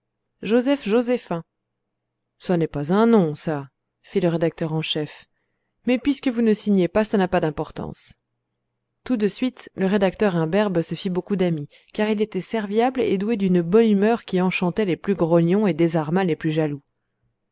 joseph joséphin ça n'est pas un nom ça fit le rédacteur en chef mais puisque vous ne signez pas ça n'a pas d'importance tout de suite le rédacteur imberbe se fit beaucoup d'amis car il était serviable et doué d'une bonne humeur qui enchantait les plus grognons et désarma les plus jaloux